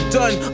done